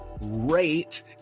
rate